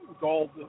gold